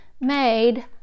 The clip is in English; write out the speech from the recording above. made